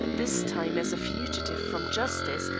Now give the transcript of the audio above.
this time as a fugitive from justice,